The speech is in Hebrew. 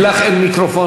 כי לך אין מיקרופון,